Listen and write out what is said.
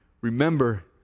Remember